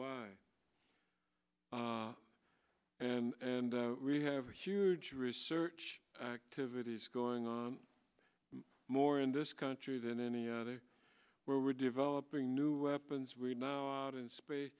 e and we have a huge research activities going on more in this country than any other where we're developing new weapons we now out in space